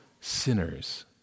sinners